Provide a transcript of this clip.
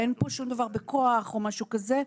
אין פה שום דבר בכוח או משהו כזה.